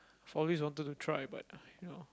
i've always wanted to try but ah you know